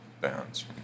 bands